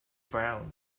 frowned